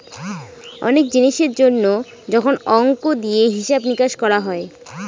অনেক জিনিসের জন্য যখন অংক দিয়ে হিসাব নিকাশ করা হয়